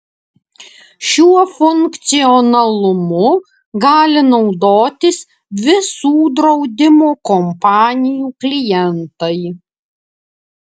šiuo funkcionalumu gali naudotis visų draudimo kompanijų klientai